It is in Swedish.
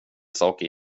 saker